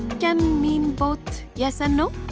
can mean both. yes or no!